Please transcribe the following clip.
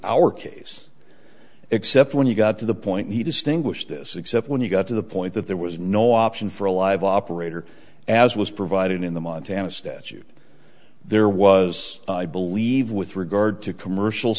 our case except when you got to the point he distinguished this except when you got to the point that there was no option for a live operator as was provided in the montana statute there was i believe with regard to commercial